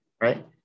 Right